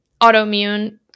autoimmune